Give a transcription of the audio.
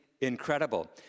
incredible